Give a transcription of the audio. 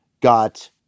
got